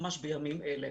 ממש בימים אלה,